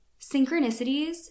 Synchronicities